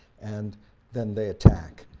and then they attack.